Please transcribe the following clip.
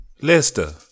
Leicester